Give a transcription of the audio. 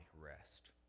rest